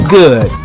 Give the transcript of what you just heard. good